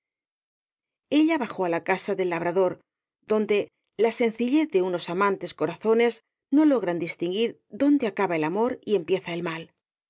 ella bajó á la casa del labrador donde la sencillez de unos amantes corazones no logran distinguir dónde acaba el amor y empieza el mal